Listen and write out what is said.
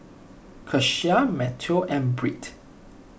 Keshia Matteo and Britt